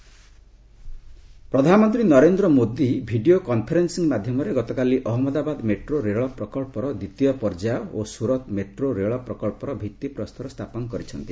PM rail projects ପ୍ରଧାନମନ୍ତ୍ରୀ Narendra Modi video conferencing ମାଧ୍ୟମରେ ଗତକାଲି ଅହନ୍ମଦାବାଦ ମେଟ୍ରୋ ରେଳ ପ୍ରକଳ୍ପର ଦ୍ୱିତୀୟ ପର୍ଯ୍ୟାୟ ଓ ସୁରତ୍ ମେଟ୍ରୋ ରେଳ ପ୍ରକଳ୍ପର ଭିଭିପ୍ରସ୍ତର ସ୍ଥାପନ କରିଛନ୍ତି